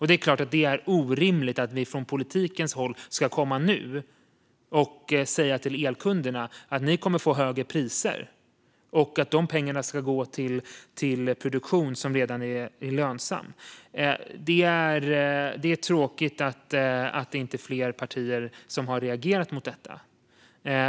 Det är inte rimligt att vi från politikens håll nu ska säga till elkunderna att de ska få högre priser och att de pengarna ska gå till produktion som redan är lönsam. Det är tråkigt att inte fler partier har reagerat mot detta.